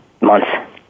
months